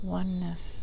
oneness